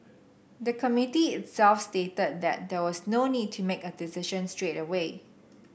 the Committee itself stated that there was no need to make a decision straight away